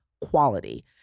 quality